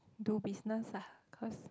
do business ah cause